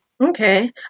okay